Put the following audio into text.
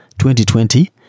2020